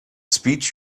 speech